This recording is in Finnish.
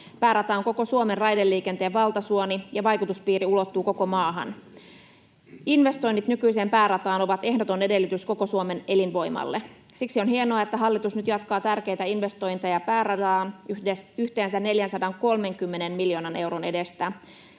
Päärata on koko Suomen raideliikenteen valtasuoni, ja vaikutuspiiri ulottuu koko maahan. Investoinnit nykyiseen päärataan ovat ehdoton edellytys koko Suomen elinvoimalle. Siksi on hienoa, että hallitus nyt jatkaa tärkeitä investointeja päärataan yhteensä 430 miljoonan euron edestä.